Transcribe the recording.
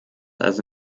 also